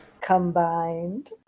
Combined